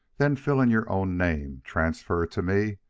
then fill in your own name, transfer to me,